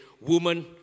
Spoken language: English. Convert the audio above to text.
Woman